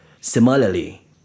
Similarly